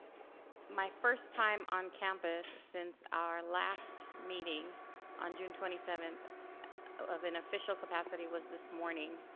my first time on campus since our last meeting on june twenty seventh of an official capacity was this morning.